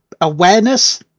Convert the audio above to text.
Awareness